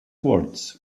words